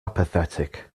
apathetic